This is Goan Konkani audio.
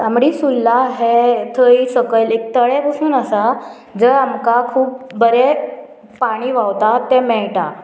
तांबडी सुर्ला हें थंय सकयल एक तळे पसून आसा जंय आमकां खूब बरें पाणी व्हांवता तें मेळटा